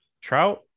Trout